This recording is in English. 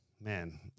man